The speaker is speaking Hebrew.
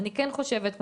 חושבת,